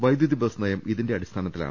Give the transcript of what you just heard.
വൈദ്യുതി ബസ് നയം ഇതിന്റെ അടിസ്ഥാനത്തിലാണ്